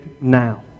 now